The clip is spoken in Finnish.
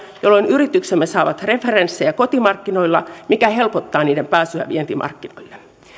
jolloin yrityksemme saavat referenssejä kotimarkkinoilla mikä helpottaa niiden pääsyä vientimarkkinoille